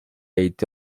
été